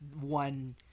one